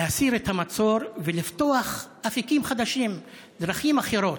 להסיר את המצור ולפתוח אפיקים חדשים, דרכים אחרות.